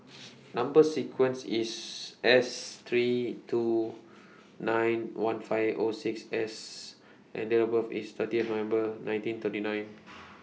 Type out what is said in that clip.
Number sequence IS S three two nine one five O six S and Date of birth IS thirtieth November nineteen thirty nine